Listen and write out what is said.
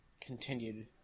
continued